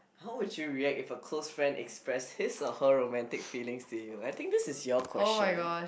how would you react if your close friend express his or her romantic feelings to you